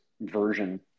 version